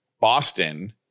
Boston